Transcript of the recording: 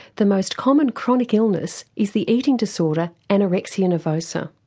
the most common chronic illness is the eating disorder anorexia nervosa.